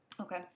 Okay